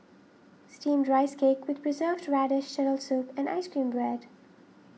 Steamed Rice Cake with Preserved Radish Turtle Soup and Ice Cream Bread